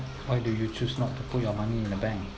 why do you choose not to put your money in the bank